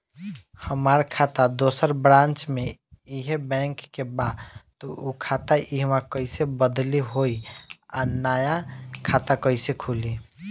हमार खाता दोसर ब्रांच में इहे बैंक के बा त उ खाता इहवा कइसे बदली होई आ नया खाता कइसे खुली?